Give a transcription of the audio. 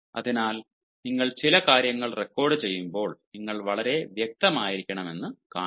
അതിനാൽ നിങ്ങൾ ചില കാര്യങ്ങൾ റെക്കോർഡുചെയ്യുമ്പോൾ നിങ്ങൾ വളരെ വ്യക്തമായിരിക്കണമെന്ന് കാണുക